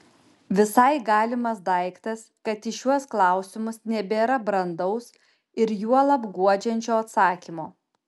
visai galimas daiktas kad į šiuos klausimus nebėra brandaus ir juolab guodžiančio atsakymo